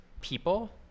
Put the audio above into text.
people